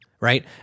right